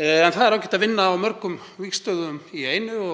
en það er ágætt að vinna á mörgum vígstöðvum í einu.